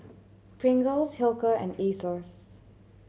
Pringles Hilker and Asos